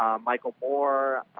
um michael moore,